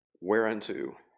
Whereunto